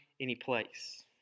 anyplace